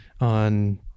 on